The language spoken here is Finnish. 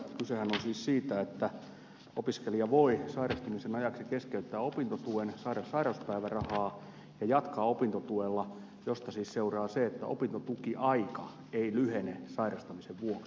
kysehän on siis siitä että opiskelija voi sairastumisen ajaksi keskeyttää opintotuen saada sairauspäivärahaa ja jatkaa opintotuella mistä siis seuraa se että opintotukiaika ei lyhene sairastamisen vuoksi